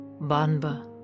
Banba